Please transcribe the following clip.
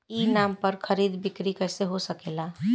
ई नाम पर खरीद बिक्री कैसे हो सकेला?